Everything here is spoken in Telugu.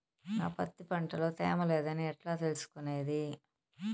నా పత్తి పంట లో తేమ లేదని ఎట్లా తెలుసుకునేది?